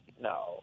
No